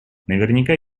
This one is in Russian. наверняка